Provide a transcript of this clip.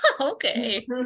Okay